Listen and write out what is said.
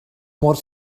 mor